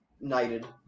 knighted